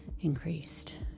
increased